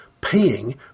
paying